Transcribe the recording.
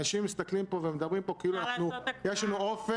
לכם יש ערכים ולי יש ערכים.